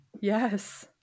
Yes